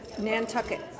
Nantucket